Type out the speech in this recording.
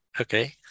okay